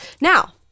Now